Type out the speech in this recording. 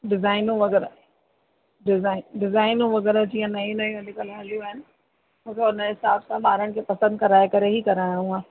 डिज़ाइनियूं वग़ैरह डिज़ाइनियूं वग़ैरह जीअं नयूं नयूं अॼुकल्ह हलियूं आहिनि मूंखे उन जे हिसाब सां ॿारनि खे पसंदि कराए करे ई कराइणो आहे